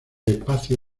espacio